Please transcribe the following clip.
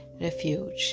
refuge